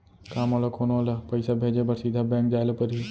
का मोला कोनो ल पइसा भेजे बर सीधा बैंक जाय ला परही?